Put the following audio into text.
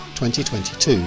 2022